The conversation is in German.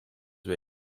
wir